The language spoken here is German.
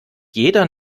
jeder